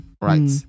right